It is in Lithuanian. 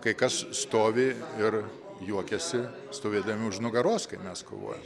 kai kas stovi ir juokiasi stovėdami už nugaros kaip mes kovojam